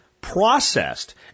processed